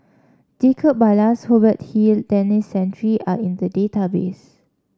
Jacob Ballas Hubert Hill Denis Santry are in the database